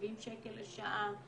70 שקל לשעה.